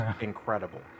incredible